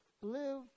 Live